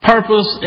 Purpose